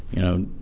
you know,